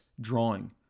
drawing